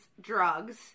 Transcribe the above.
drugs